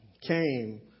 came